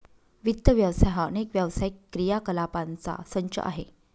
वित्त व्यवसाय हा अनेक व्यावसायिक क्रियाकलापांचा संच आहे